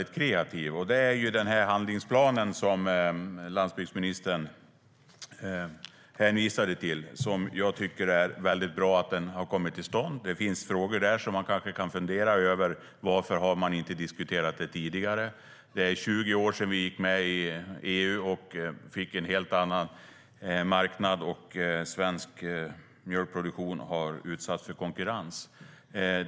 Jag tycker att det är bra att den handlingsplan som landsbygdsminister hänvisar till har kommit till stånd. Det finns frågor där som man kanske kan fundera över varför man inte har diskuterat tidigare. Det är 20 år sedan vi gick med i EU och fick en helt annan marknad. Svensk mjölkproduktion har utsatts för konkurrens.